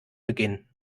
beginnen